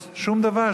אז שום דבר.